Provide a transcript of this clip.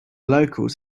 locals